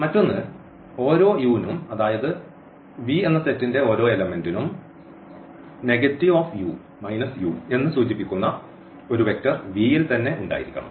മറ്റൊന്ന് ഓരോ നും അതായത് V സെറ്റിന്റെ ഓരോ എലെമെന്റ്നും u എന്ന് സൂചിപ്പിക്കുന്ന ഒരു വെക്റ്റർ V യിൽ ഉണ്ടായിരിക്കണം